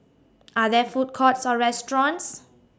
Are There Food Courts Or restaurants